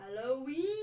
Halloween